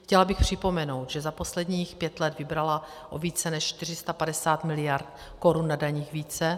Chtěla bych připomenout, že za posledních pět let vybrala o více než 450 miliard korun na daních více.